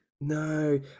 No